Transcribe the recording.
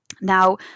Now